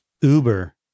Uber